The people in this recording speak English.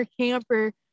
camper